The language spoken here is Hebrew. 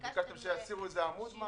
אתם ביקשתם שיסירו איזה עמוד.